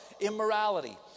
immorality